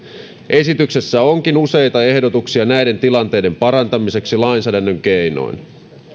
esityksessä onkin useita ehdotuksia näiden tilanteiden parantamiseksi lainsäädännön keinoin